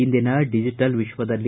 ಇಂದಿನ ಡಿಜಿಟಲ್ ವಿಶ್ವದಲ್ಲಿ